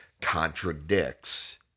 contradicts